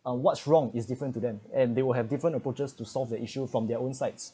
uh what's wrong is different to them and they will have different approaches to solve the issue from their own sites